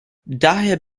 daher